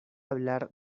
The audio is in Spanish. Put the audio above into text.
hablar